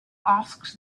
asked